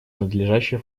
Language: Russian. надлежащее